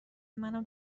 منم